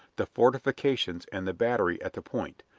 the fortifications and the battery at the point,